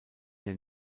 der